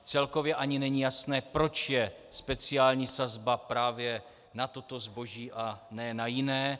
Celkově ani není jasné, proč je speciální sazba právě na toto zboží a ne na jiné.